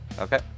Okay